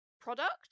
product